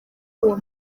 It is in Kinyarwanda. uwo